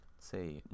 say